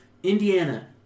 Indiana